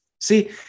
see